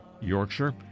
Yorkshire